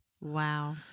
Wow